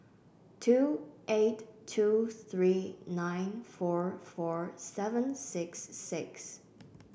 two eight two three nine four four seven six six